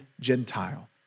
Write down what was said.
Gentile